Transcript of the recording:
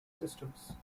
systems